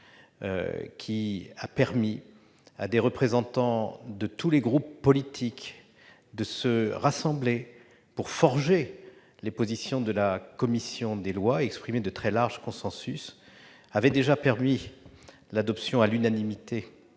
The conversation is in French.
a permis à des représentants de tous les groupes politiques de se rassembler pour forger les positions de la commission des lois, exprimer de très larges consensus ; il avait déjà permis l'adoption par le Sénat